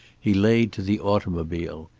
he laid to the automobile.